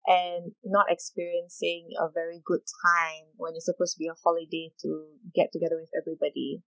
and not experiencing a very good time when it supposed to be a holiday to get together with everybody